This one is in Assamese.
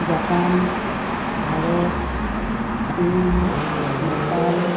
জাপান ভাৰত চীন নেপাল